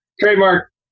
Trademark